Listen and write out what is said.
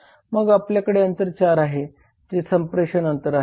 मग आपल्याकडे अंतर 4 आहे जे संप्रेषण अंतर आहे